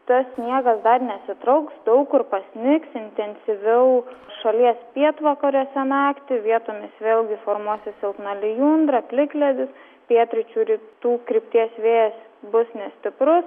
tas sniegas dar nesitrauks daug kur pasnigs intensyviau šalies pietvakariuose naktį vietomis vėlgi formuosis silpna lijundra plikledis pietryčių rytų krypties vėjas bus nestiprus